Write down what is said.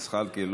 זחאלקה,